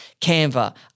Canva